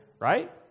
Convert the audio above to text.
Right